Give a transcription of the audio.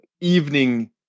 evening